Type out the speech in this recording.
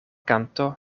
kanto